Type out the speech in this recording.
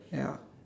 ya